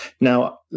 Now